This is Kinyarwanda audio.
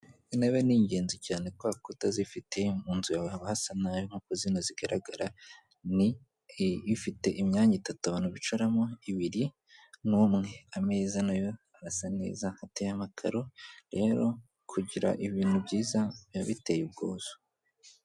Intebe ni ingenzi cyane kubera ko utazifite, mu nzu yawe baba hasa nabi nk'uko zino zigaragara, ni ifite imyanya itatu abantu bicaramo, ibiri n'umwe. Ameza na yo arasa neza ateye amakaro, rero kugira ibintu byiza biba biteye ubwuzu.